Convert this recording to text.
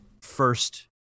first